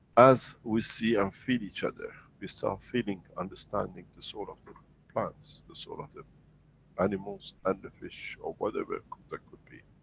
as we see and feel each other, we start feeling, understanding the soul of plants. the soul of the animals and the fish, or whatever could. that could be.